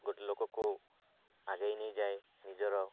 ଗୋଟେ ଲୋକକୁ ଆଗେଇ ନେଇଯାଏ ନିଜର